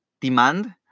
demand